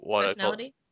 Personality